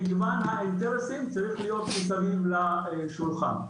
מגוון האינטרסים צריך להיות מסביב לשולחן.